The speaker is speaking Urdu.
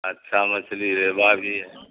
اچھا مچھلی ریوا بھی ہے